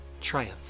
triumph